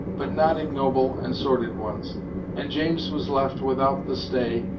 but not ignoble and sordid ones and james was left without the stay,